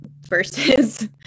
versus